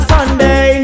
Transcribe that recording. Sunday